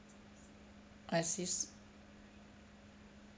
I see